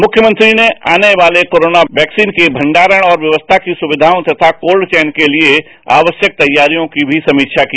मुख्यमंत्री ने आने वाले कोरोना वैक्सीन के भंडारण और व्यवस्था की सुक्वियाओं तथा कोल्ड चेन के लिए आवश्यक तैयारियां की मी समीक्षा की